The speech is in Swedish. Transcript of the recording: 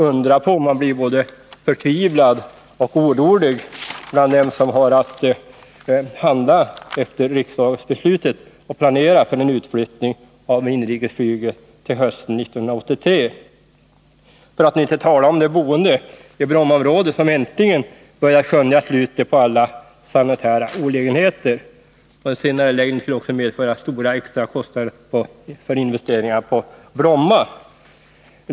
Undra på att det uppstår förtvivlan och oro bland dem som har att handla efter riksdagsbeslutet och planera för en utflyttning av inrikesflyget till hösten 1983 — för att inte tala om de boende i Brommaområdet, som äntligen börjat skönja slutet på alla sanitära olägenheter! En senareläggning skulle också medföra stora extrakostnader för investeringar på Bromma.